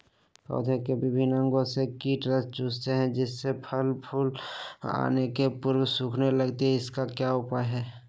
पौधे के विभिन्न अंगों से कीट रस चूसते हैं जिससे फसल फूल आने के पूर्व सूखने लगती है इसका क्या उपाय लगाएं?